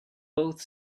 both